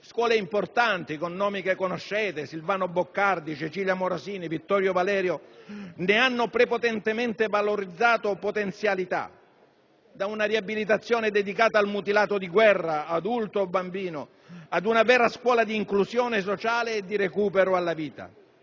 Scuole importanti con nomi che conoscete, come Silvano Boccardi, Cecilia Morosini, Vittorio Valerio, ne hanno prepotentemente valorizzato potenzialità. Da una riabilitazione dedicata al mutilato di guerra, adulto o bambino, ad una vera scuola di inclusione sociale e di recupero alla vita.